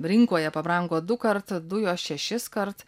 rinkoje pabrango dukart dujos šešiskart